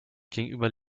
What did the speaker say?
gegenüber